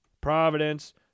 Providence